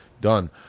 done